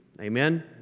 Amen